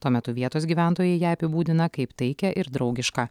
tuo metu vietos gyventojai ją apibūdina kaip taikią ir draugišką